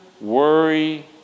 worry